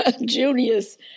Julius